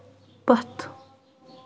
پَتھ